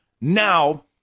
now